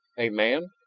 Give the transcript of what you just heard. a man?